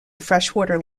freshwater